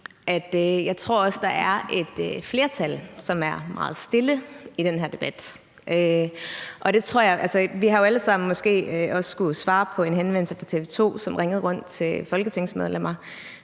jeg tror også, at der er et flertal, som er meget stille, i den her debat. Og vi har jo alle sammen måske også skulle svare på en henvendelse fra TV 2, som ringede rundt til folketingsmedlemmer